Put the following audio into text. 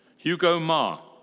hugo ma.